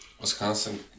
Wisconsin